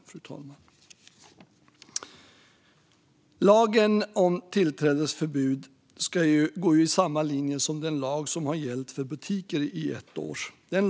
Lagen om tillträdesförbud går i samma linje som den lag som har gällt för butiker i ett års tid.